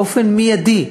באופן מיידי,